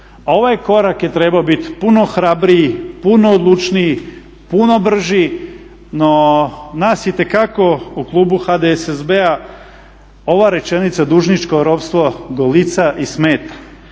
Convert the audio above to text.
Ovaj korak je trebao biti puno hrabriji, puno odlučniji, puno brži, no nas itekako u klubu HDSSB-a ova rečenica dužničko ropstvo golica i smeta,